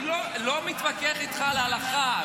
אני לא מתווכח איתך על ההלכה,